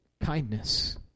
kindness